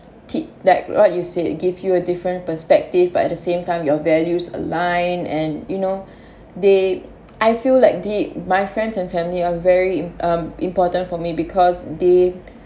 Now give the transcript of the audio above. tick that what you said give you a different perspective but at the same time your values aligned and you know they I feel like they my friends and family are very um important for me because they